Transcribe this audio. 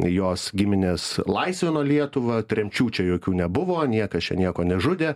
jos giminės laisvino lietuvą tremčių čia jokių nebuvo niekas čia nieko nežudė